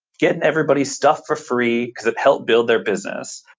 getting everybody stuff for free, because it helped build their business.